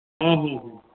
ᱦᱚᱸ ᱦᱚᱸ